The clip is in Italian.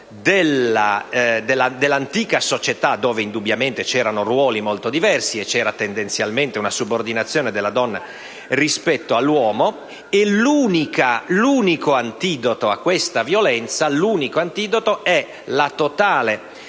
dell'antica società - dove indubbiamente c'erano ruoli molto diversi e, tendenzialmente, una subordinazione della donna rispetto all'uomo - e l'unico antidoto a questa violenza è la totale